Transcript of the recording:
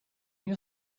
your